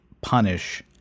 punish